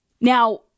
Now